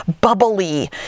bubbly